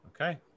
Okay